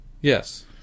Yes